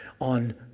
on